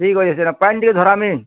ଠିକ୍ ଅଛେ ସେଟା ପାଏନ୍ ଟିକେ ଧରାମି